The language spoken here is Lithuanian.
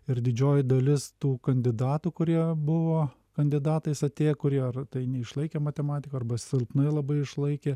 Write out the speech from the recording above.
ir didžioji dalis tų kandidatų kurie buvo kandidatais atėję kurie ar tai neišlaikė matematiką arba silpnai labai išlaikė